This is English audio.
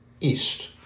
east